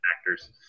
actors